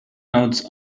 notes